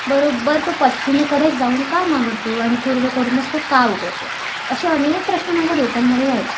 बरोबर तो पश्चिमेकडे जाऊन का मावळतो आणि पूर्वेकडूनच तो का उगवतो असे अनेक प्रश्न माझ्या डोक्यामधे यायचे